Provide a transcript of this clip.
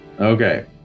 Okay